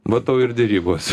va tau ir derybos